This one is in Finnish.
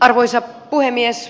arvoisa puhemies